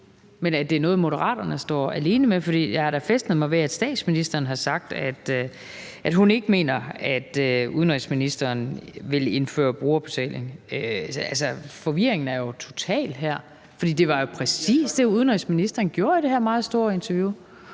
men at det er noget, Moderaterne står alene med? For jeg har da fæstnet mig ved, at statsministeren har sagt, at hun ikke mener, at udenrigsministeren vil indføre brugerbetaling. Altså, forvirringen er jo total her, for det var præcis det, udenrigsministeren sagde i det her meget store interview.